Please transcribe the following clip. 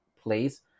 place